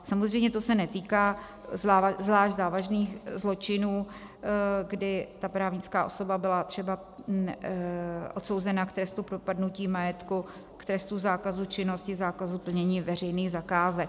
Samozřejmě to se netýká zvlášť závažných zločinů, kdy ta právnická osoba byla třeba odsouzena k trestu propadnutí majetku, k trestu zákazu činnosti, zákazu plnění veřejných zakázek.